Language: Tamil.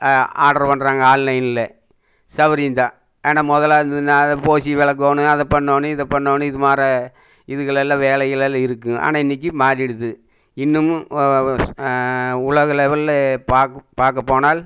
ஆர்டர் பண்ணுறாங்க ஆன்லைனில் சவுகரியம் தான் ஆனால் முதல்ல இருந்துதுனால் அதை பூசி விளகோணும் அது பண்ணோணும் இதை பண்ணோணும் இது மாரி இதுகளெல்லாம் வேலைகள்லாம் இருக்குதுங்க ஆனால் இன்னிக்கி மாறிவிடுது இன்னமும் உலக லெவலில் பார்க்க பார்க்க போனால்